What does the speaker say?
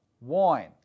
wine